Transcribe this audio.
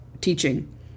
teaching